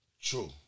True